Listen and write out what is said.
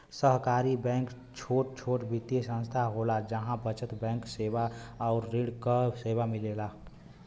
सहकारी बैंक छोट छोट वित्तीय संस्थान होला जहा बचत बैंक सेवा आउर ऋण क सेवा मिलेला